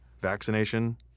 vaccination